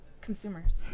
consumers